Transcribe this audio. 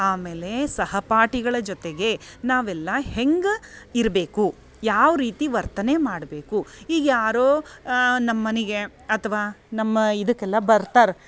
ಆಮೇಲೆ ಸಹಪಾಠಿಗಳ ಜೊತೆಗೆ ನಾವೆಲ್ಲ ಹೆಂಗೆ ಇರಬೇಕು ಯಾವ ರೀತಿ ವರ್ತನೆ ಮಾಡಬೇಕು ಈಗ ಯಾರೋ ನಮ್ಮ ಮನೆಗೆ ಅಥ್ವಾ ನಮ್ಮ ಇದಕ್ಕೆಲ್ಲ ಬರ್ತಾರೆ